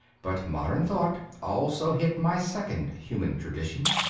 but modern thought also hit my second human tradition.